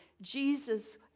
Jesus